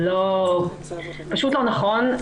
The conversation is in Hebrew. פשוט לא נכון.